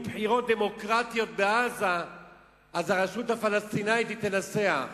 בחירות דמוקרטיות בעזה אז הרשות הפלסטינית תנצח.